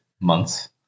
months